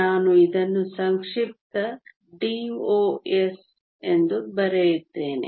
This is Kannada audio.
ನಾನು ಇದನ್ನು ಸಂಕ್ಷಿಪ್ತ DOS ಎಂದು ಬರೆಯುತ್ತೇನೆ